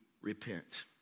repent